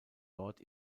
dort